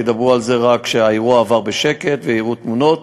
ידברו רק שהאירוע עבר בשקט ויראו תמונות,